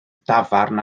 dafarn